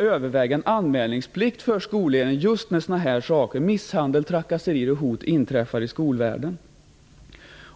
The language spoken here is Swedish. överväga en anmälningsplikt för skolledningen.